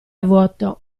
vuoto